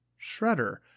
shredder